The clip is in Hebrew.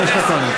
אני ממש השתכנעתי.